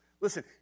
listen